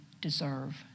deserve